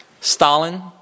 Stalin